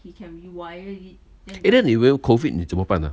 eh then 你 COVID 你怎么办啊